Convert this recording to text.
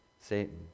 Satan